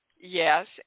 Yes